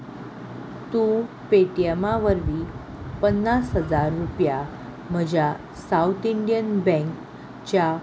तूं पे टीएमां वरवीं पन्नास हजार रुपया म्हज्या सावथ इंडियन बँकच्या